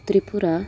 Tripura